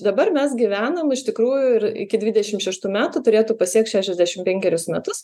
dabar mes gyvenam iš tikrųjų ir iki dvidešimt šeštų metų turėtų pasiekt šešiasdešimt penkerius metus